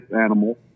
animal